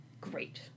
great